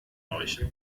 euch